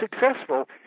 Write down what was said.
successful